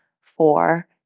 four